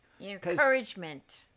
encouragement